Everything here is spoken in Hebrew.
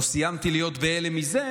לא סיימתי להיות בהלם מזה,